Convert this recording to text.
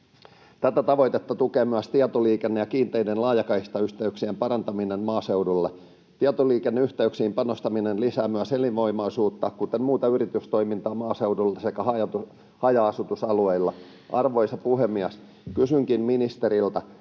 elinvoimaisuutta tukee myös tavoite kiinteiden laajakaistayhteyksien parantamisesta maaseudulla. Tietoliikenneyhteyksiin panostaminen lisää myös elinvoimaisuutta, kuten myös muuta yritystoimintaa maaseudulla sekä haja-asutusalueilla. Arvoisa puhemies! Yhdyn myös edustaja